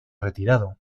retirado